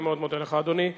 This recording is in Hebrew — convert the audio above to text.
אני מאוד מודה לך, אדוני.